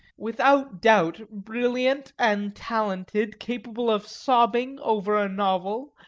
without doubt brilliant and talented, capable of sobbing over a novel,